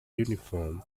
uniform